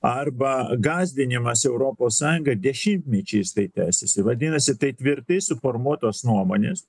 arba gąsdinimas europos sąjungą dešimtmečiais tai tęsiasi vadinasi tai tvirtai suformuotos nuomonės